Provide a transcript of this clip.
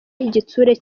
igitsure